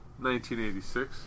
1986